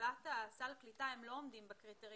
קבלת סל הקליטה הם לא עומדים בקריטריונים